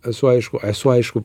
esu aišku esu aišku